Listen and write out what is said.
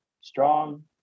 strong